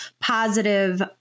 positive